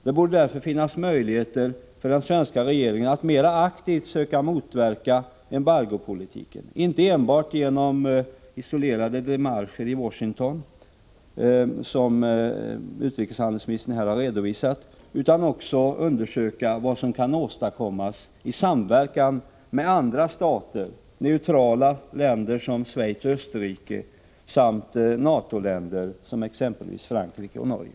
Det borde därför finnas möjligheter för den svenska regeringen att mer aktivt söka motverka embargopolitiken, inte enbart genom isolerade demarcher i Washington — som utrikeshandelsministern här har redovisat — utan också i samverkan med andra stater: neutrala stater som Schweiz och Österrike samt NATO-länder som Frankrike och Norge.